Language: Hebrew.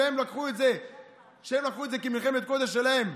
שהם לקחו את זה כמלחמת קודש שלהם,